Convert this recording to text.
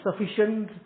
sufficient